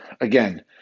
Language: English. again